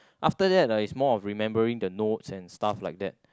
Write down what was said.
after that uh it's more of remembering the notes and stuff like that